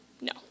No